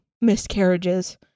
miscarriages